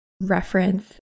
reference